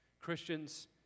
Christians